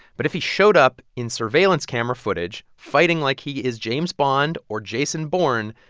but if he showed up in surveillance camera footage fighting like he is james bond or jason bourne,